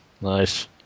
nice